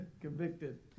convicted